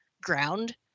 ground